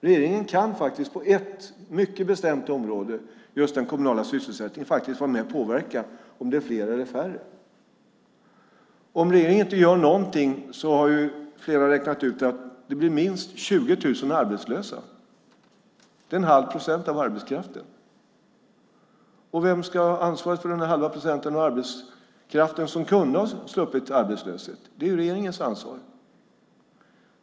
Regeringen kan faktiskt på ett mycket bestämt område, just den kommunala sysselsättningen, vara med och påverka om det är fler eller färre. Om regeringen inte gör någonting har ju flera räknat ut att det blir minst 20 000 arbetslösa. Det är 1⁄2 procent av arbetskraften. Vem ska ha ansvaret för den halva procenten av arbetskraften som kunde ha sluppit arbetslöshet? Det är regeringens ansvar.